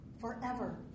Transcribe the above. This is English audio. forever